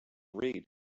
read